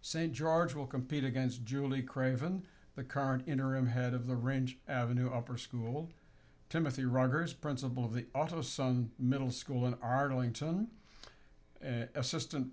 st george will compete against julie craven the current interim head of the range of a new upper school timothy rogers principal of the also son middle school in arlington an assistant